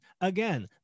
Again